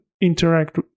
interact